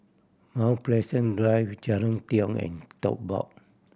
Mount Pleasant Drive Jalan Tiong and Tote Board